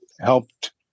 helped